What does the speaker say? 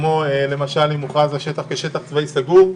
כמו למשל אם הוכרז על שטח כשטח צבאי סגור,